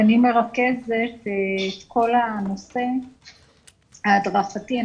ואני מרכזת את כל הנושא ההדרכתי.